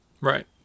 Right